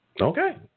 Okay